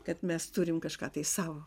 kad mes turim kažką tai sau